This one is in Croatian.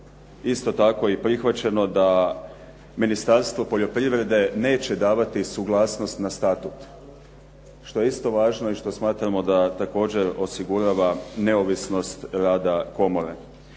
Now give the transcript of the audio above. isto tako i prihvaćeno da Ministarstvo poljoprivrede neće davati suglasnost na statut. Što je isto važno i što smatramo da također osigurava neovisnost rada komore.